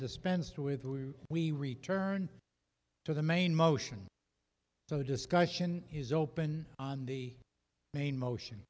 dispensed with who we return to the main motion so the discussion is open on the main motion